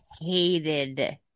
hated